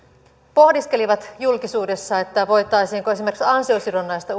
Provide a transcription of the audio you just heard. pohdiskelivat julkisuudessa voitaisiinko esimerkiksi ansiosidonnaista